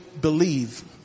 believe